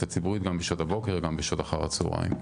הציבורית גם בשעות הבוקר וגם בשעות אחר הצהריים.